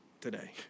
today